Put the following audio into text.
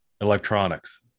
electronics